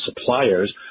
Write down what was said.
suppliers